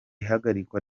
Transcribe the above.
hagarikwa